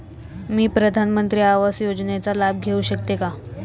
मी प्रधानमंत्री आवास योजनेचा लाभ घेऊ शकते का?